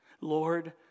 Lord